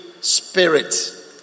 Spirit